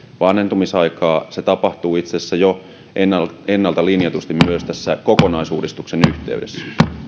vanhentumisaikaa se tapahtuu itse asiassa ennalta ennalta linjatusti jo tässä kokonaisuusuudistuksen yhteydessä